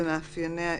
ובמאפייני האזור."